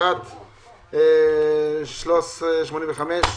התשפ"א-2021 (מ/1385)